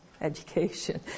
education